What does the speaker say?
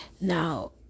Now